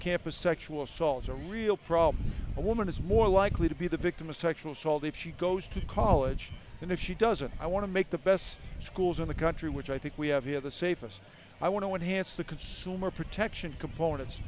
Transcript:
campus sexual assaults a real problem a woman is more likely to be the victim of sexual soul if she goes to college and if she doesn't i want to make the best schools in the country which i think we havea the safest i want to enhance the consumer protection components